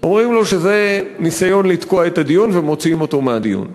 אומרים לו שזה ניסיון לתקוע את הדיון ומוציאים אותו מהדיון.